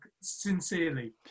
Sincerely